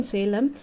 Salem